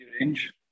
range